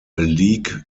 league